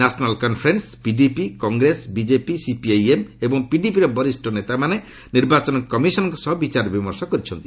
national Conference PDP Congress BJP CPIM ଏବଂ ପିଡିଏଫ୍ର ବରିଷ୍ଣ ନେତାମାନେ ନିର୍ବାଚନ କମିଶନଙ୍କ ସହ ବିଚାର ବିମର୍ଶ କରିଛନ୍ତି